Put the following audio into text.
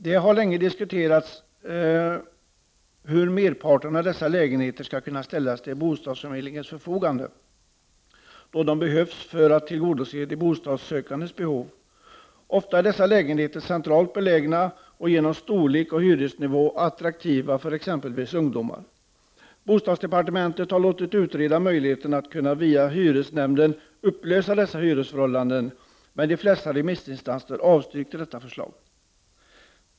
Det har länge diskuterats hur merparten av dessa lägenheter skall kunna ställas till bostadsförmedlingens förfogande då de behövs för att tillgodose de bostadssökandes behov. Ofta är dessa lägenheter centralt belägna och genom storlek och hyresnivå attraktiva för exempelvis ungdomar. Bostadsdepartementet har låtit utreda möjligheten att via hyresnämnden upplösa dessa hyresförhållanden, men de flesta remissinstanser avstyrkte detta förslag.